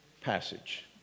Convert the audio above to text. passage